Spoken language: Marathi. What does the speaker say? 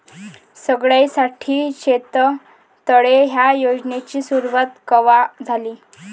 सगळ्याइसाठी शेततळे ह्या योजनेची सुरुवात कवा झाली?